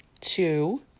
two